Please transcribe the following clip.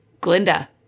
Glinda